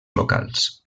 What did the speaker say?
locals